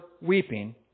weeping